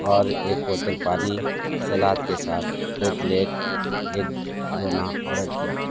और एक बोतल पानी सलाद के साथ दो प्लेट एक दोना ऑर्डर किया था